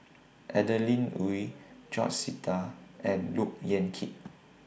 Adeline Ooi George Sita and Look Yan Kit